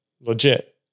legit